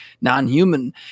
non-human